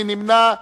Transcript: מי נמנע?